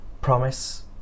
promise